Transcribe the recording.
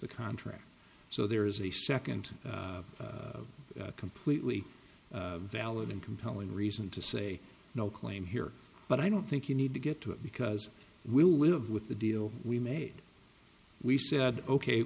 the contract so there is a second completely valid and compelling reason to say no claim here but i don't think you need to get to it because we'll live with the deal we made we said ok